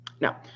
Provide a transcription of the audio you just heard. Now